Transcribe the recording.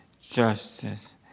justice